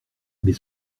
mais